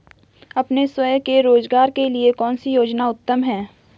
अपने स्वयं के रोज़गार के लिए कौनसी योजना उत्तम है?